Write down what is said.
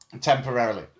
Temporarily